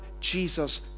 Jesus